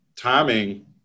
Timing